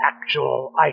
actual